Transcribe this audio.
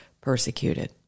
persecuted